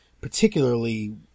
particularly